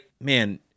man